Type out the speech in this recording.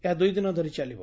ଏହା ଦୁଇଦିନ ଧରି ଚାଲିବ